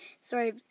sorry